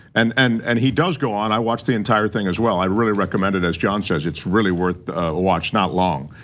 and and and he does go on, i watched the entire thing as well, i really recommend it, as john says, it's really worth a watch, not long.